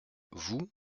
vous